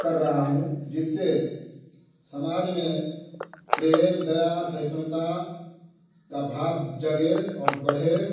कर रहा हूँ जिससे समाज में प्रेम दया सहिष्णुता का भाव जगे और बढ़े